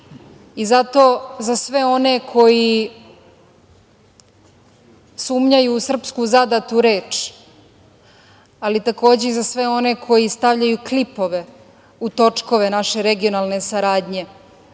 za sve one koji sumnjaju u srpsku zadatu reč, ali takođe i za sve one koji stavljaju klipove u točkove naše regionalne saradnje,